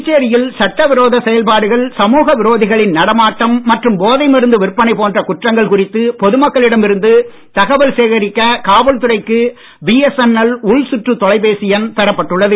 புதுச்சேரியில் சட்டவிரோத செயல்பாடுகள் சமூக விரோதிகளின் நடமாட்டம் மற்றும் போதை மருந்து விற்பனை போன்ற குற்றங்கள் குறித்து பொதுமக்களிடம் இருந்து தகவல் சேகரிக்க காவல்துறைக்கு பிஎஸ்என்எட் உள்சுற்று தொலைபேசி எண் பெறப்பட்டுள்ளது